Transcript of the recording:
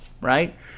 Right